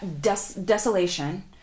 desolation